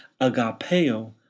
agapeo